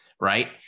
right